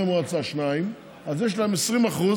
שניים מתוך עשרה חברי מועצה,